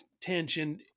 tension